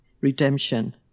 redemption